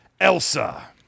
Elsa